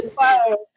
Wow